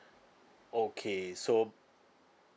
okay so